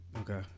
okay